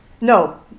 No